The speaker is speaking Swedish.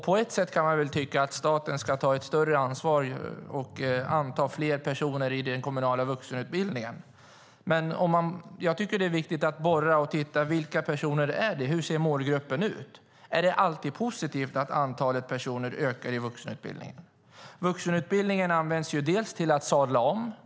På ett sätt kan man tycka att staten ska ta ett större ansvar och se till att fler personer antas till den kommunala vuxenutbildningen, men jag tycker att det är viktigt att borra i och titta på vilka personer det handlar om och hur målgruppen ser ut. Är det alltid positivt att antalet personer i vuxenutbildningen ökar? Vuxenutbildningen används av en del för att sadla om.